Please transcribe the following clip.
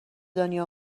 دنیا